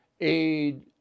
aid